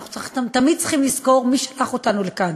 אנחנו תמיד צריכים לזכור מי שלח אותנו לכאן